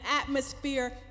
atmosphere